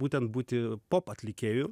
būtent būti pop atlikėju